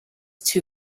too